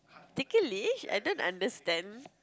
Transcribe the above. particularly I didn't understand